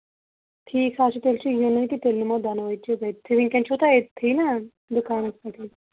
ٹھیٖک حظ چھُ تیٚلہِ چھُ یِنُے تیٚلہِ نِمو دۄنوے چیٖز أتھۍتھٕے ؤنکیٚن چھِو تُہۍ أتھۍتھٕے نا دُکانَس پیٚٹھٕے